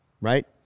right